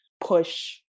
push